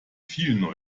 viel